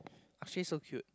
Akshay so cute